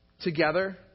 together